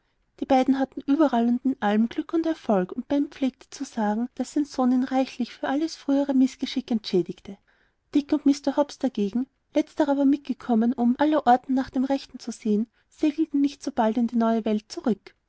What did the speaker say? die beiden hatten überall und in allem glück und erfolg und ben pflegte zu sagen daß sein sohn ihn reichlich für alles frühere mißgeschick entschädige dick und mr hobbs dagegen letzterer war mitgekommen um allerorten nach dem rechten zu sehen segelten nicht so bald in die neue welt zurück